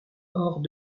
hors